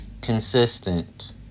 consistent